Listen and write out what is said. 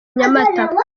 nyamata